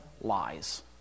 lies